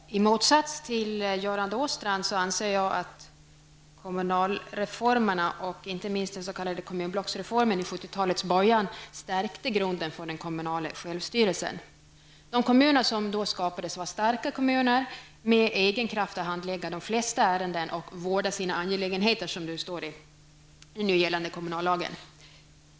Herr talman! I motsats till Göran Åstrand anser jag att kommunallagsreformerna och inte minst den s.k. kommunblocksreformen i början av 70-talet stärkte grunden för den kommunala självstyrelsen. De kommuner som då skapades var starka med egen kraft att handlägga de flesta ärenden och vårda sina angelägenheter, som det står i den nu gällande kommunallagen.